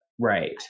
Right